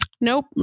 nope